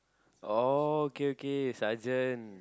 oh okay okay Seargent